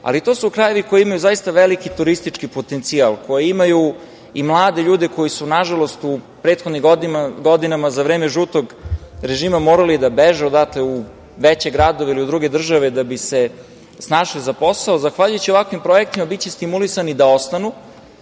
ali to su krajevi koji imaju zaista veliki turistički potencijal, koji imaju i mlade ljude, a koji su na žalost u prethodnim godinama, za vreme žutog režima morali da beže u veće gradove ili u druge države, da bi se snašli za posao i zahvaljujući ovakvim projektima, biće stimulisani da ostanu,